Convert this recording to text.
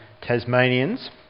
Tasmanians